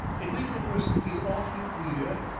it makes a person feel awful queer,